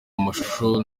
amashusho